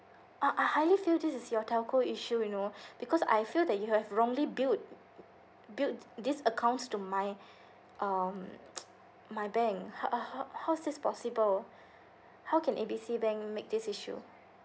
ah I highly feel this is your telco issue you know because I feel that you have wrongly billed billed these accounts to my um my bank uh how how's this possible how can A B C bank make this issue